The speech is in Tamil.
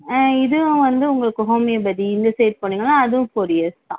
ஆ இதுவும் வந்து உங்களுக்கு ஹோமியோபதி இந்த சைடு போனீங்கன்னா அதுவும் ஃபோர் இயர்ஸ் தான்